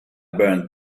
burned